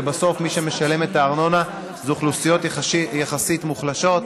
ובסוף מי שמשלם את הארנונה זה אוכלוסיות יחסית מוחלשות.